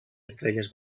estrelles